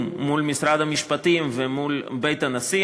מול משרד המשפטים ומול בית הנשיא.